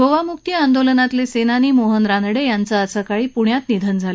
गोवा मुक्ती आंदोलनातले सेनानी मोहन रानडे यांचं आज सकाळी पुण्यात निधन झालं